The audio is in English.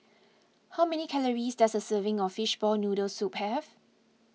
how many calories does a serving of Fishball Noodle Soup have